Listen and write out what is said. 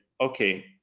okay